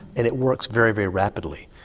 and it works very, very rapidly.